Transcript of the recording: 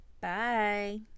bye